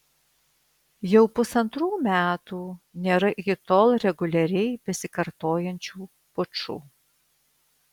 jau pusantrų metų nėra iki tol reguliariai besikartojančių pučų